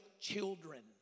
children